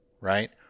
right